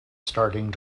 starting